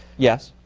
yes.